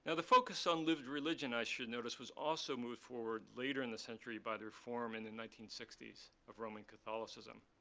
ah the focus on lived religion i should notice was also moved forward later in the century by the reform in the nineteen sixty s of roman catholicism.